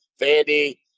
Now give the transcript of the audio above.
Fandy